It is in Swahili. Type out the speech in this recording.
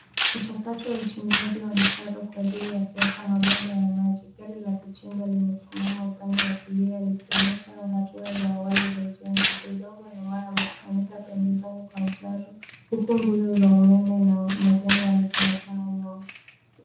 Mchakato wa uchimbaji wa mtaro kwa ajili ya kuweka mabomba ya maji. Gari la kuchimba limesimama upande wa kulia likionyesha hatua za awali za ujenzi. Udongo na mawe yame kusanyika pembezoni kwa mtaro huku nguzo za umeme na majengo yakionekana nyuma.